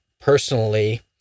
personally